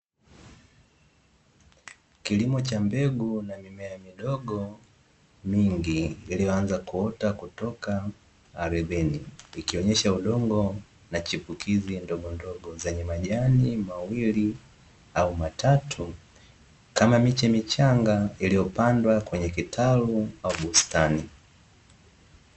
Kilimo cha mbegu na mimea midogo mingi, iliyoanza kuota kutoka ardhini ikionyesha udongo na chipukizi ndogondogo zenye majani mawili au matatu, kama miche michanga iliyopandwa kwenye kitalu au bustani.